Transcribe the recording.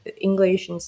English